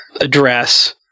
address